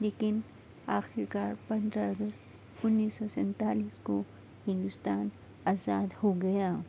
لیکن آخرکار پندرہ اگست انیس سو سنتالیس کو ہندوستان آزاد ہو گیا